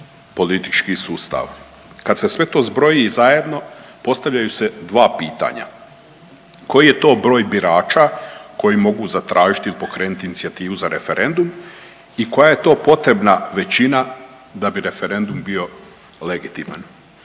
politički sustav. Kad se sve to zbroji zajedno postavljaju se dva pitanja. Koji je to broj birača koji mogu zatražiti, pokrenuti inicijativu za referendum i koja je to potrebna većina da bi referendum bio legitiman.